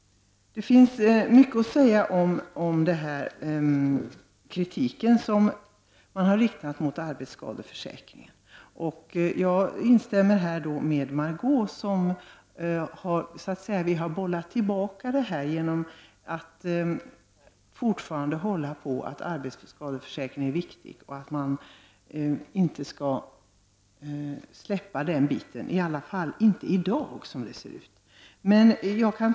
Det finns mycket att säga om den kritik som har riktats mot arbetsskadeförsäkringen, och där instämmer jag med Margö Ingvardsson. Frågan har bollats tillbaka, genom att man fortfarande håller på att arbetsskadeförsäkringen är viktig och inte skall släppas, i alla fall inte i dag.